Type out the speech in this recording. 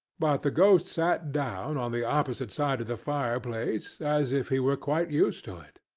but the ghost sat down on the opposite side of the fireplace, as if he were quite used to it.